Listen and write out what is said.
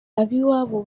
ab’iwabo